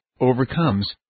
overcomes